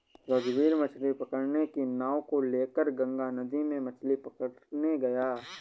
रघुवीर मछ्ली पकड़ने की नाव को लेकर गंगा नदी में मछ्ली पकड़ने गया